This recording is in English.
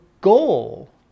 goal